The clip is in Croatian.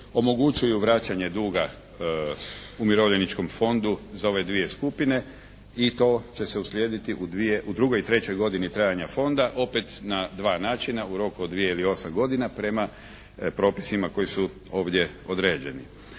omogućuju vraćanje duga Umirovljeničkom fondu za ove dvije skupine i to će se uslijediti u drugoj i trećoj godini trajanja Fonda, opet na dva načina, u roku od dvije ili osam godina prema propisima koji su ovdje određeni.